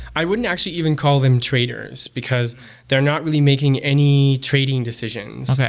i wouldn't actually even call them traders, because they're not really making any trading decisions,